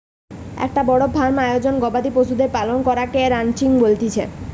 একটো বড় ফার্ম আয়োজনে গবাদি পশুদের পালন করাকে রানচিং বলতিছে